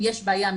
ואם יש בעיה,